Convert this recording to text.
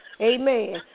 Amen